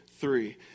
three